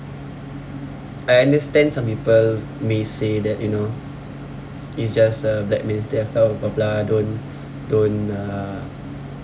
I understand some people may say that you know it's just a black man's death blah blah blah blah don't don't uh